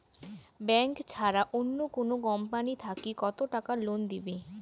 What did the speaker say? Bank ছাড়া অন্য কোনো কোম্পানি থাকি কত টাকা লোন দিবে?